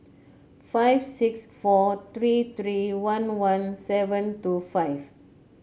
five six four three three one one seven two five